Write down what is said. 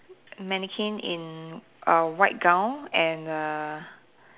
mannequin in a white gown and a